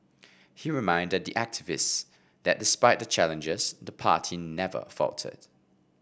he reminded the activists that despite the challenges the party never faltered